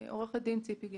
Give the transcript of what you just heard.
עורכת דין ציפי גז.